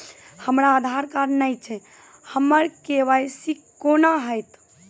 हमरा आधार कार्ड नई छै हमर के.वाई.सी कोना हैत?